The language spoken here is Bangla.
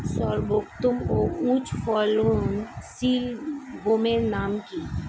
সর্বোত্তম ও উচ্চ ফলনশীল গমের নাম কি?